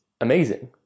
amazing